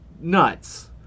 Nuts